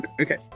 okay